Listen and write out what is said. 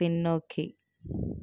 பின்னோக்கி